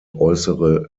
äußere